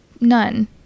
none